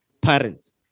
parents